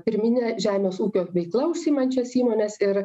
pirmine žemės ūkio veikla užsiimančias įmones ir